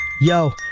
yo